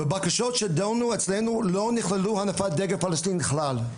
בבקשות שדנו אצלנו לא נכללו הנפת דגל פלשתין בכלל.